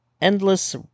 endless